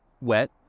wet